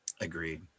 Agreed